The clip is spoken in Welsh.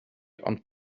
ond